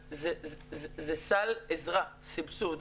סל עזרה, סבסוד.